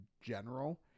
general